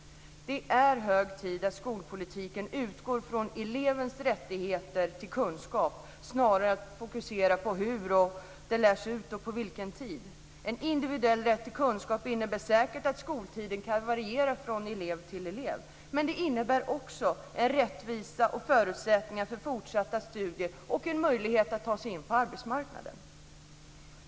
Det är hög tid att skolpolitiken utgår från elevens rättigheter till kunskap snarare än att fokusera på hur man lär ut och på vilken tid. En individuell rätt till kunskap innebär säkert att skoltiden kan variera från elev till elev. Men det innebär också en rättvisa och förutsättningar för fortsatta studier och en möjlighet för eleven att ta sig in på arbetsmarknaden.